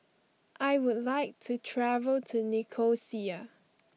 I would like to travel to Nicosia